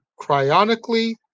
cryonically